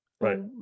right